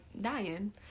dying